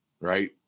right